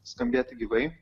skambėti gyvai